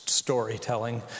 storytelling